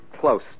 close